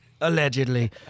Allegedly